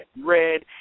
red